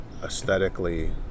aesthetically